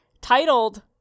titled